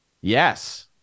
Yes